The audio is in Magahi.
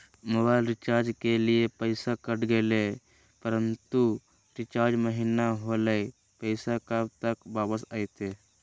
मोबाइल रिचार्ज के लिए पैसा कट गेलैय परंतु रिचार्ज महिना होलैय, पैसा कब तक वापस आयते?